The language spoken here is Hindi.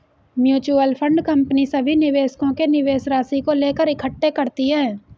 म्यूचुअल फंड कंपनी सभी निवेशकों के निवेश राशि को लेकर इकट्ठे करती है